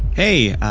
hey,